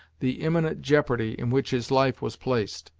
the imminent jeopardy in which his life was placed.